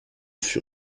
fut